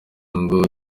ngo